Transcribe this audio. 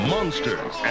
Monsters